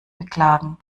beklagen